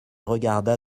regarda